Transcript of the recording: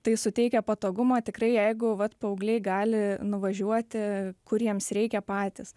tai suteikia patogumą tikrai jeigu vat paaugliai gali nuvažiuoti kur jiems reikia patys